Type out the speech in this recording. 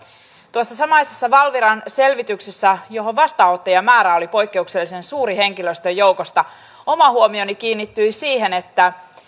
tuossa samaisessa valviran selvityksessä jonka vastaanottajamäärä oli poikkeuksellisen suuri henkilöstön joukosta oma huomioni kiinnittyi siihen että